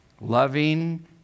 loving